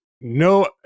No